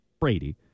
Brady